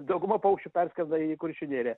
dauguma paukščių perskrenda į kuršių neriją